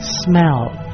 smell